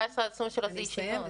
17 23 זה ישיבות.